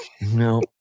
No